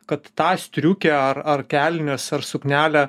kad tą striukę ar ar kelnes ar suknelę